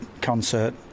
concert